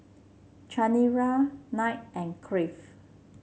Chanira Knight and Crave